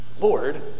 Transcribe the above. Lord